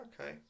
Okay